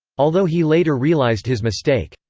although he later realized his mistake.